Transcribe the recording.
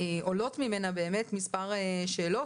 עולות ממנה באמת מספר שאלות,